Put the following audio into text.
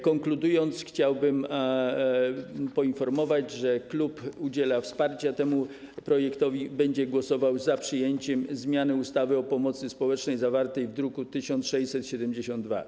Konkludując, chciałbym poinformować, że klub udziela wsparcia temu projektowi, będzie głosował za przyjęciem zmiany ustawy o pomocy społecznej zawartej w druku nr 1672.